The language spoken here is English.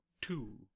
two